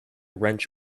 wrench